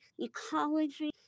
ecology